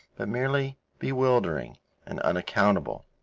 but merely bewildering and unaccountable.